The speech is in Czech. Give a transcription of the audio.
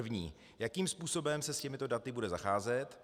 První jakým způsobem se s těmito daty bude zacházet?